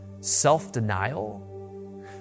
self-denial